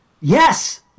yes